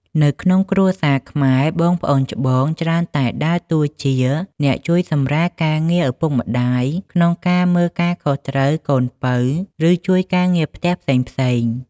នៅក្នុងគ្រួសារខ្មែរ បងប្អូនច្បងច្រើនតែដើរតួជា អ្នកជួយសម្រាលការងារឪពុកម្ដាយ ក្នុងការមើលការខុសត្រូវកូនពៅ ឬជួយការងារផ្ទះផ្សេងៗ។